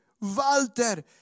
Walter